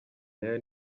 nayo